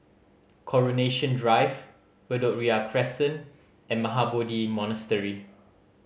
Coronation Drive Bedok Ria Crescent and Mahabodhi Monastery